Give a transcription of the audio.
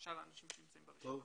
האנשים שנמצאים ברשימה.